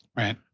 right.